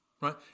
Right